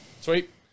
Sweet